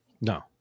No